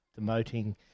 demoting